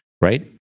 right